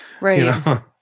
Right